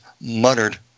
muttered